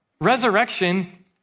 Resurrection